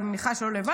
אבל מניחה שאת לא לבד,